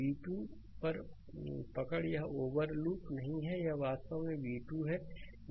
V2 पर पकड़ यह ओवर लूप नहीं है यह वास्तव में v2 है